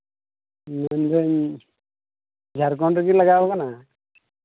ᱢᱮᱱᱫᱟᱹᱧ ᱡᱷᱟᱲᱠᱷᱚᱸᱰ ᱨᱮᱜᱮ ᱞᱟᱜᱟᱣ ᱠᱟᱱᱟ